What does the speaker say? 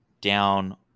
down